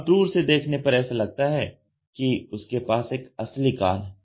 अब दूर से देखने पर ऐसा लगता है कि उसके पास एक असली कान है